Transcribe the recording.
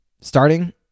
starting